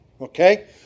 Okay